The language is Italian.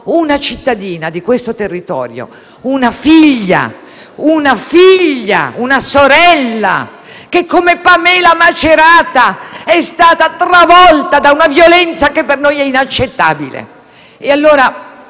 una cittadina di questo territorio, una figlia, una sorella, che, come Pamela Macerata, è stata travolta da una violenza che per noi è inaccettabile.